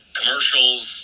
commercials